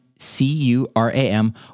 C-U-R-A-M